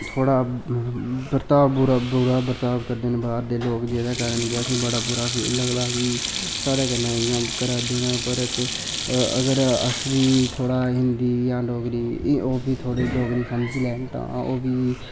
थोह्ड़ा बर्ताब बुरा बर्ताब करदे लोक जेह्दे कारण कि बड़ा बुरा लगदा कि साढ़े कन्नै इ'यां करै दे न पर के अगर अस बी थोह्ड़ा हिंदी जां ओह् भी थोह्ड़ी डोगरी समझी लैन तां ओह् भी